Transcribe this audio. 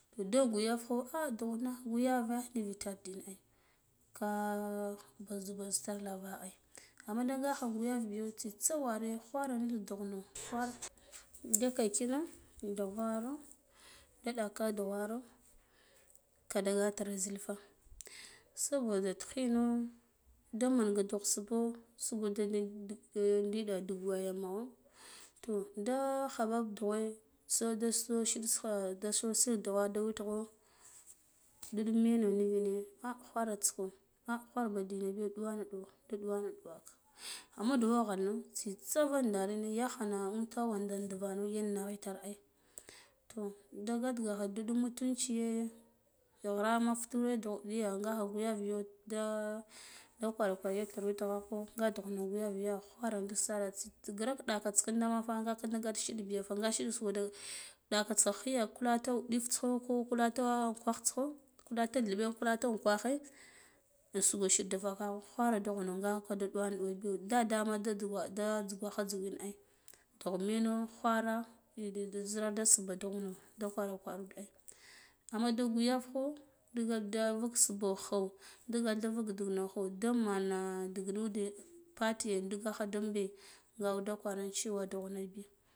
Da guyavkho ah dughna guyave nivitare ndina ai ka bazu zitar lava ai amma ghakha da guyarbiyo tsitsa ware ghwara ngik dughuno ghwara da kwarkino da varo da ɗaka dughwara kata gat zilfa saboda tikhino da manga dukh subho usuge dalde del ngida dig waya no to da khabab da waya so cinkha daso se dugha da witgho du ɗum mene mene ghwiraske ah ghwaraba dina bi duwana ɗuwa da ɗuwana ɗuwaka amma dughwa ghanno tsitsa vandareno yaghno intawe nda nduvano yan nagha tar ai toh gaɗ gagha mutunciye ghre ‘ghema futureh dugh biya gakha guyar guyar da kwar kware ya tugho tugho ko ga dughnabi ghware da sa grak ɗa ka tsikinda fa mafa ngaka da gat shiɗa biya fe nga shiɗa suwada dakatsa khiya fudata wudifta kho ko kuɗata unkwasko unkhwasko kulata dhilbe kuɗata unkwahe insugo shiɗ da vakaho kwana dughno ngaka da ɗuwana biyo dada ma da jzigakho ina dugh mana ghwara da da zirara da subhi yano da subha dughno da kwaru kwanad ai amma da guyevkho digealde vuk subha kho digal da vak dughagho da mana duk nude partye dige kha imbe ngabi da guwar cewa dughna bi.